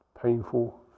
painful